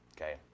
okay